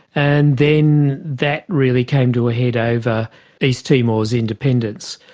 and then that really came to a head over east timor's independence.